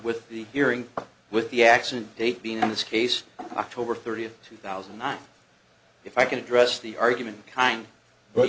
with the hearing with the accident being on this case october thirtieth two thousand and nine if i can address the argument kind but